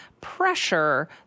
pressure